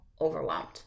overwhelmed